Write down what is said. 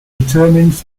determines